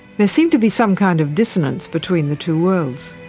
there seems to be some kind of dissonance between the two worlds.